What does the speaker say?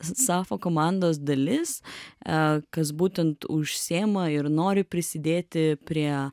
sapfo komandos dalis kas būtent užsiėma ir nori prisidėti prie